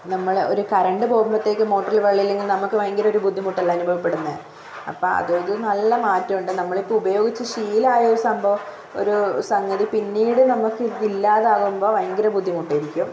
നമ്മൾ ഒരു കറണ്ട് പോവുമ്പോഴേക്കും മോട്ടറിൽ വെള്ളമില്ലെങ്കിൽ നമുക്ക് ഭയങ്കരമൊരു ബുദ്ധിമുട്ടല്ലേ അനുഭവപ്പെടുന്നത് അപ്പം അതൊരു നല്ല മാറ്റമുണ്ട് നമ്മളിപ്പോൾ ഉപയോഗിച്ചു ശീലമായൊരു സംഭവം ഒരു സംഗതി പിന്നീട് നമുക്ക് ഇപ്പോൾ ഇല്ലാതാകുമ്പോൾ ഭയങ്കര ബുദ്ധിമുട്ടായിരിക്കും